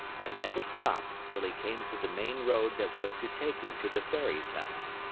and never stopped till he came to the main road that was to take him to the fairy's house.